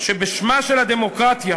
שבשמה של הדמוקרטיה